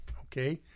okay